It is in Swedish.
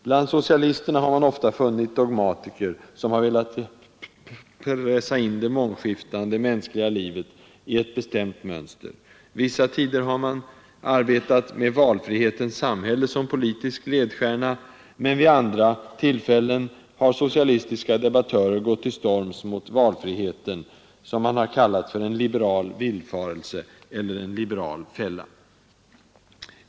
Bland socialisterna har man ofta funnit dogmatiker som velat pressa in det mångskiftande mänskliga livet i ett bestämt mönster. Vissa tider har man arbetat med ”valfrihetens samhälle” som politisk ledstjärna, men vid andra tillfällen har socialistiska debattörer gått till storms mot valfriheten, som man har kallat för en ”liberal villfarelse” eller en ”liberal fälla”.